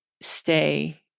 stay